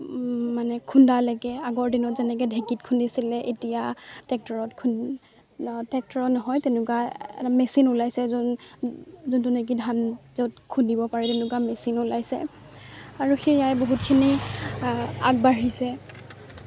মানে খুন্দালৈকে আগৰ দিনত যেনেকৈ ঢেঁকীত খুন্দিছিলে এতিয়া ট্ৰেক্টৰত খু ট্ৰেক্টৰ নহয় তেনেকুৱা এটা মেচিন ওলাইছে যোন যোনটো নেকি ধান য'ত খুন্দিব পাৰে তেনেকুৱা মেচিন ওলাইছে আৰু সেয়াই বহুতখিনি আগবাঢ়িছে